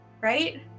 right